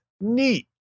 neat